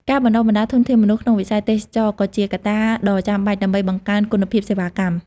ការបណ្តុះបណ្តាលធនធានមនុស្សក្នុងវិស័យទេសចរណ៍ ក៏ជាកត្តាដ៏ចាំបាច់ដើម្បីបង្កើនគុណភាពសេវាកម្ម។